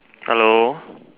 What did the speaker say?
hello